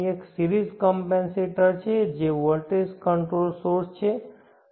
એક એ સીરીઝ કમપેનસેટરછે જે વોલ્ટેજ કંટ્રોલ સોર્સ છે અને આ ગ્રીડ છે